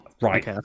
Right